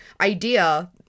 idea